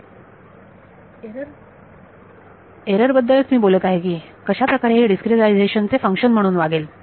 विद्यार्थी error error बद्दल च मी बोलत आहे की कशाप्रकारे हे डिस्क्रीटाईझेशन चे फंक्शन म्हणून वागेल